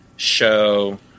show